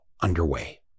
underway